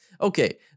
Okay